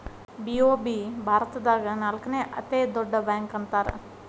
BOB ಭಾರತದಾಗ ನಾಲ್ಕನೇ ಅತೇ ದೊಡ್ಡ ಬ್ಯಾಂಕ ಅಂತಾರ